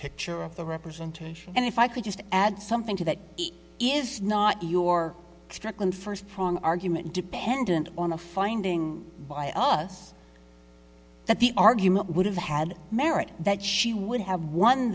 picture of the representation and if i could just add something to that is not your strickland first prong argument dependent on a finding by us that the argument would have had merit that she would have won